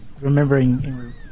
remembering